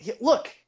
look